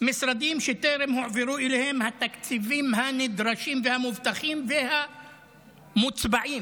משרדים שטרם הועברו אליהם התקציבים הנדרשים והמובטחים והמוצבעים,